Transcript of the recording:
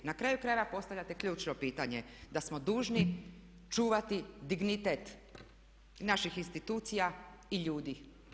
Na kraju krajeva postavljate ključno pitanje da smo dužni čuvati dignitet naših institucija i ljudi.